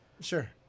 Sure